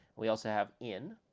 we also have in,